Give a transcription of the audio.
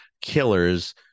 killers